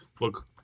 look